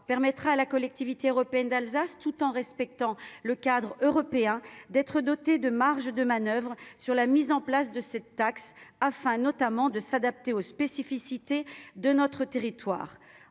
permettra à la Collectivité européenne d'Alsace, tout en respectant le cadre européen, d'être dotée de marges de manoeuvre sur les modalités de cette taxe, afin notamment de l'adapter aux spécificités de notre territoire.